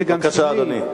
בבקשה, אדוני.